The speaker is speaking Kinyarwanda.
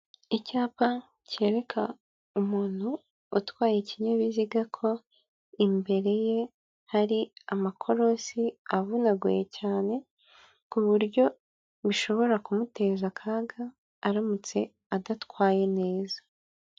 Icyapa cyereka umuntu utwaye ikinyabiziga ko imbere ye hari amakorosi avunaguye cyane, ku buryo bishobora kumuteza akaga, aramutse adatwaye neza.